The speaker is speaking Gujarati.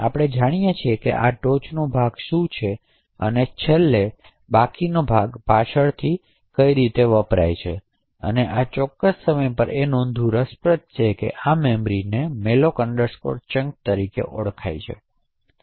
હવે આપણે જોઈએ કે આ ટોચનો ભાગ શું છે અને છેલ્લે બાકીની ભાગ પાછળથી શું છે પરંતુ આ ચોક્કસ સમય પર એ નોંધવું રસપ્રદ છે કે આ મેમરીને malloc chunk તરીકે ઓળખાય છે